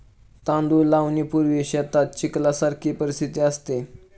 तांदूळ लावणीपूर्वी शेतात चिखलासारखी परिस्थिती असते